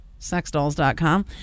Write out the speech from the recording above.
sexdolls.com